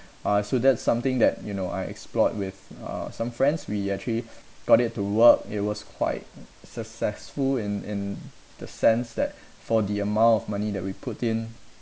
uh so that's something that you know I explored with uh some friends we actually got it to work it was quite successful in in the sense that for the amount of money that we put in